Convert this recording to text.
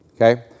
Okay